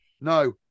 No